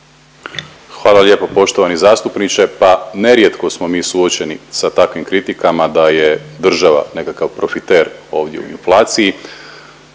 Hvala lijepo poštovani zastupniče. Pa nerijetko smo mi suočeni sa takvim kritikama da je država nekakav profiter ovdje u inflaciji